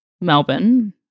Melbourne